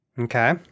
Okay